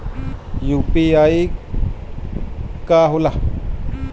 ई यू.पी.आई का होला?